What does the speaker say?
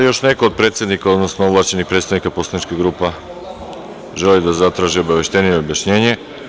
Da li još neko od predsednika, odnosno ovlašćenih predstavnika poslaničkih grupa želi da zatraži obaveštenje ili objašnjenje?